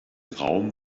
raum